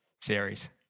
series